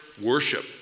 worship